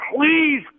please